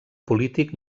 polític